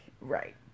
Right